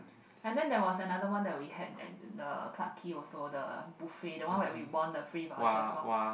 and then there was another one that we had at the Clarke-Quay also the buffet the one where we won the free vouchers as well